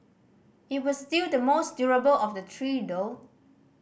it was still the most durable of the three though